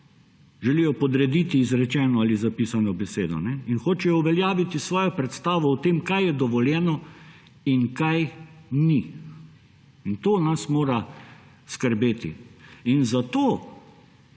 želijo podrediti izrečeno ali zapisano besedo in hočejo uveljaviti svojo predstavo o tem, kaj je dovoljeno in kaj ni. In to nas mora skrbeti. In zato